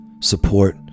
support